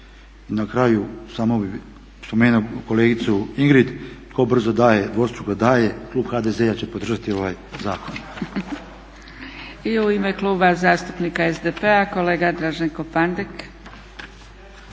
Na kraju spomenuo bih kolegicu Ingrid tko brzo daje, dvostruko daje, klub HDZ-a će podržati ovaj zakon. **Zgrebec, Dragica (SDP)** I u ime Kluba zastupnika SDP-a, kolega Draženko Pandek.